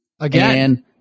Again